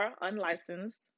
unlicensed